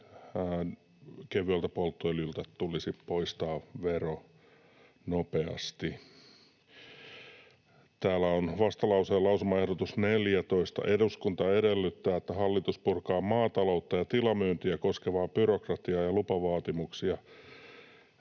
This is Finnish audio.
kevyeltä polttoöljyltä tulisi poistaa vero nopeasti. Täällä on vastalauseen lausumaehdotus 14: ”Eduskunta edellyttää, että hallitus purkaa maataloutta ja tilamyyntiä koskevaa byrokratiaa ja lupavaatimuksia.”